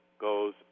goes